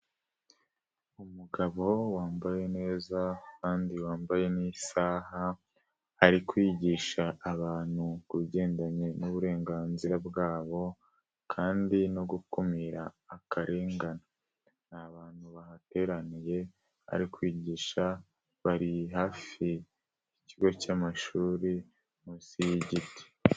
Umugabo wambaye neza kandi wambaye n'isaha, ari kwigisha abantu kubigendanye n'uburenganzira bwabo kandi no gukumira akarengane, ni abantu bahateraniye bari kwigisha bari hafi y'ikigo cy'amashuri munsi y'igiti.